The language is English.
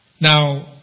Now